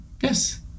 yes